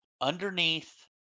underneath